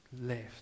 left